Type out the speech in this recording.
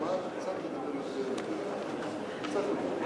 תלמד קצת לדבר יותר בדרך-ארץ, קצת יותר,